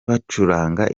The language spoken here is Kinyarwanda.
bacuranga